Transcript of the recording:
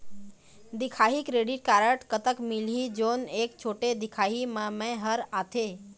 दिखाही credit card कतक मिलही जोन एक छोटे दिखाही म मैं हर आथे?